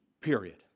period